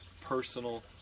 personal